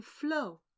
flow